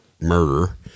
murder